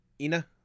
Ina